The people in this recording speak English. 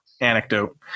anecdote